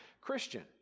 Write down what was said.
Christian